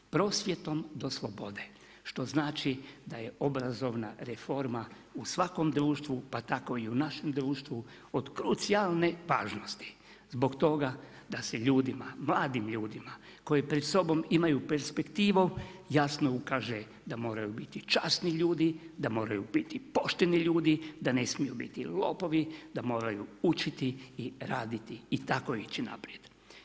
Prosvjetom do slobode, što znači da je obrazovna reforma u svakom društvu, pa tako i u našem društvu od krucijalne važnosti, zbog toga da se ljudima, mladim ljudima, koji pred sobom imaju perspektivu, jasno ukaže da moraju biti časni ljudi, da moraju biti pošteni ljudi, da ne smiju biti lopovi, da moraju učiti i raditi i tako ići naprijed.